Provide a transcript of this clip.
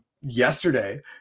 yesterday